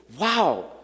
wow